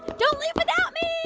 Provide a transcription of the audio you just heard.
but don't leave without me